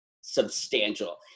substantial